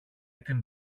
την